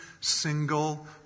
single